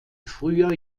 früher